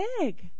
big